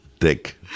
Dick